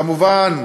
כמובן,